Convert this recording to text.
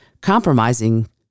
compromising